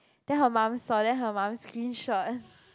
then her mum saw then her mum screenshot